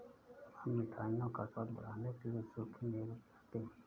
हम मिठाइयों का स्वाद बढ़ाने के लिए सूखे मेवे मिलाते हैं